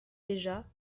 déjà